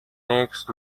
next